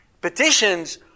Petitions